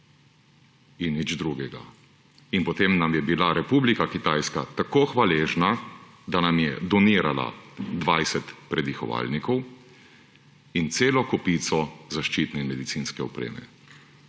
in nič drugega. In potem nam je bila Ljudska republika Kitajska tako hvaležna, da nam je donirala 20 predihovalnikov in celo kopico zaščitne in medicinske opreme.